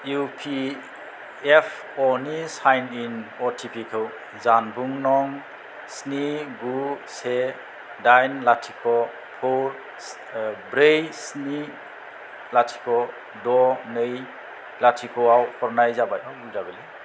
E P F अ नि sign in अ टि पि खौ जानबुं नं स्नि गु से दाइन लाथिख' ब्रै स्नि लाथिख द' नै लाथिख'आव हरनाय जाबाय